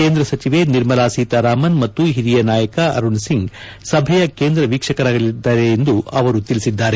ಕೇಂದ್ರ ಸಚಿವೆ ನಿರ್ಮಲಾ ಸೀತಾರಾಮನ್ ಮತ್ತು ಹಿರಿಯ ನಾಯಕ ಅರುಣ್ ಸಿಂಗ್ ಸಭೆಯ ಕೇಂದ್ರ ವೀಕ್ಷಕರಾಗಿರಲಿದ್ದಾರೆ ಎಂದು ಅವರು ತಿಳಿಸಿದ್ದಾರೆ